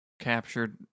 captured